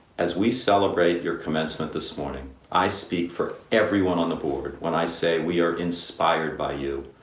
as we celebrate your commencement this morning, i speak for everyone on the board when i say we are inspired by you,